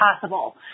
possible